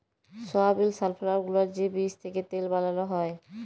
সয়াবিল, sunflower গুলার যে বীজ থ্যাকে তেল বালাল হ্যয়